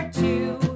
two